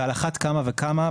ועל אחת כמה וכמה,